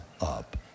up